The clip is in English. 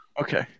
Okay